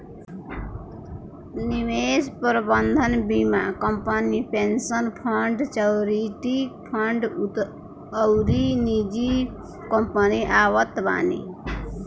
निवेश प्रबंधन बीमा company, pension fund, charity fund अउरी निजी कंपनी आवत बानी